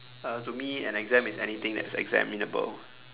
uh to me an exam is anything that's examinable